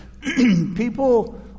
People